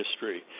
history